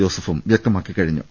ജോസഫും വൃക്തമാക്കിക്കഴിഞ്ഞു